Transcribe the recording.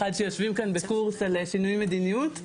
שיושבים כאן בקורס על שינוי מדיניות,